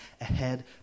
ahead